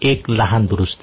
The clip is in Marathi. एक लहान दुरुस्ती